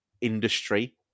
industry